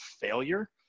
failure